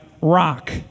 rock